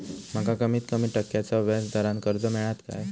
माका कमीत कमी टक्क्याच्या व्याज दरान कर्ज मेलात काय?